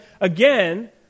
again